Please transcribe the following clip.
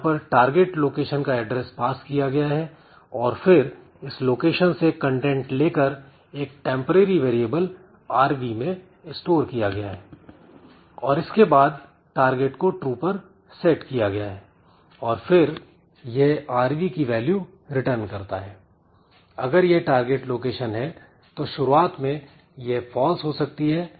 यहां पर target location का एड्रेस पास किया गया है और फिर इस लोकेशन से कंटेंट लेकर एक टेंपरेरी वेरिएबल rv में स्टोर किया गया है और इसके बाद टारगेट को true पर सेट किया गया है और फिर यह rv की वैल्यू रिटर्न करता है अगर यह target लोकेशन है तो शुरुआत में यह फॉल्स हो सकती है